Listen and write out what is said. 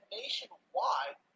nationwide